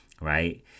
right